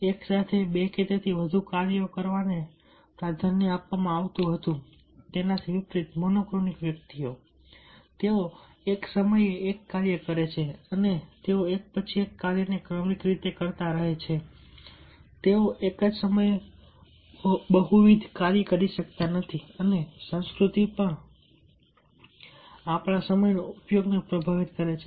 એકસાથે બે કે તેથી વધુ કાર્યો કરવાને પ્રાધાન્ય આપવામાં આવ્યું હતું તેનાથી વિપરીત મોનોક્રોનિક વ્યક્તિઓ તેઓ એક સમયે એક કાર્ય કરે છે અને તેઓ એક પછી એક કાર્ય ક્રમિક રીતે કરે છે તેઓ એક જ સમયે બહુવિધ કાર્ય કરી શકતા નથી અને સંસ્કૃતિ પણ આપણા સમયના ઉપયોગને પ્રભાવિત કરે છે